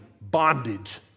bondage